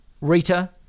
rita